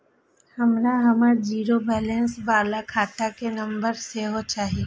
हमरा हमर zero balance बाला खाता के नम्बर सेहो चाही